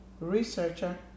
researcher